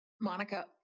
Monica